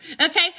Okay